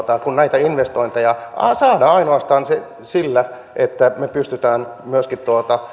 että näitä investointeja saadaan ainoastaan sillä että me pystymme myöskin